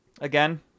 again